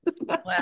Wow